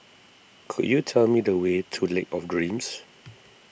could you tell me the way to Lake of Dreams